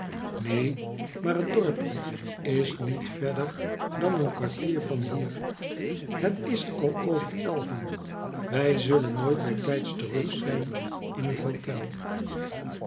neen maar het dorpje is niet verder dan een kwartier van hier het is al over elven wij zullen nooit bijtijds terug rijn in het hotel